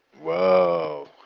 whoa!